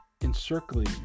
encircling